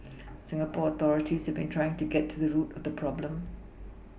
Singapore authorities have been trying to get to the root of the problem